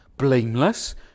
blameless